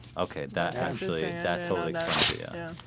okay. that actually that's only going to you. yeah,